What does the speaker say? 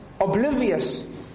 oblivious